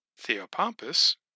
Theopompus